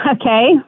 okay